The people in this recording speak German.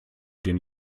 den